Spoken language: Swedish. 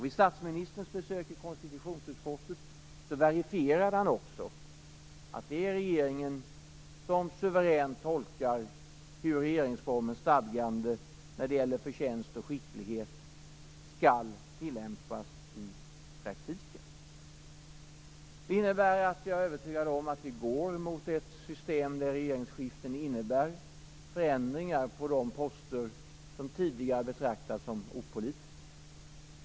Vid statsministerns besök i konstitutionsutskottet verifierade han också att det är regeringen som suveränt tolkar hur regeringsformens stadgande i fråga om förtjänst och skicklighet skall tillämpas i praktiken. Det innebär att jag är övertygad om att vi går mot ett system där regeringsskiften innebär förändringar på de poster som tidigare betraktats som opolitiska.